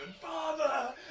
Father